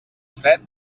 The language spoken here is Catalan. fred